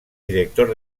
director